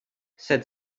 said